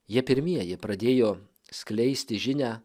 jie pirmieji pradėjo skleisti žinią